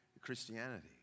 Christianity